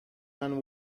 and